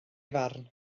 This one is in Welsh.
farn